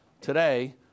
Today